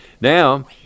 Now